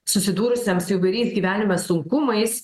susidūrusiam su įvairiais gyvenime sunkumais